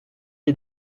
est